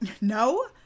no